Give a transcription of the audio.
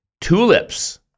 Tulips